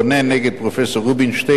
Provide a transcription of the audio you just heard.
רונן נ' פרופסור רובינשטיין,